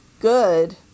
good